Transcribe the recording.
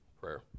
prayer